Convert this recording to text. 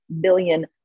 billion